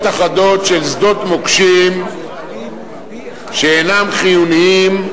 אחדות של שדות מוקשים שאינם חיוניים,